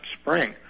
spring